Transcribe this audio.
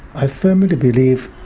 i firmly believe,